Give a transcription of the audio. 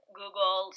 google